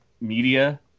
media